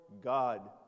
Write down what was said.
God